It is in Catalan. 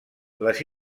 les